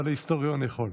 אבל ההיסטוריון יכול.